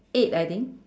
eight I think